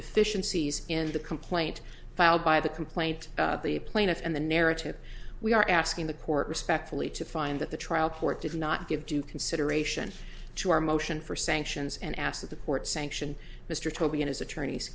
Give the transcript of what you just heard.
deficiencies in the complaint filed by the complaint the plaintiff and the narrative we are asking the court respectfully to find that the trial court did not give due consideration to our motion for sanctions and asked the court sanction mr toby and his